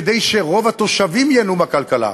כדי שרוב התושבים ייהנו מהכלכלה.